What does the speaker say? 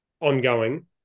ongoing